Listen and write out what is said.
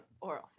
oral